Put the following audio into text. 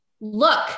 Look